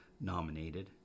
nominated